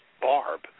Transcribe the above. Barb